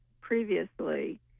previously